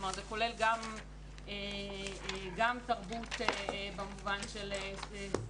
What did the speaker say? זה כולל גם תרבות במובן של ספרות,